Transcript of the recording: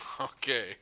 Okay